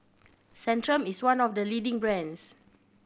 centrum is one of the leading brands